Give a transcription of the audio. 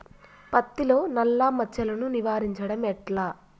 పత్తిలో నల్లా మచ్చలను నివారించడం ఎట్లా?